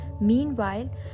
Meanwhile